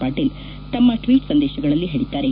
ಪಾಟಲ್ ತಮ್ಮ ಟ್ವೀಟ್ ಸಂದೇಶಗಳಲ್ಲಿ ಹೇಳಿದ್ದಾರೆ